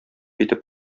итеп